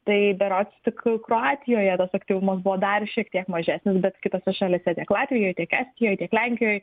tai berods tik kroatijoje tas aktyvumas buvo dar šiek tiek mažesnis bet kitose šalyse tiek latvijoj tiek estijoj tiek lenkijoj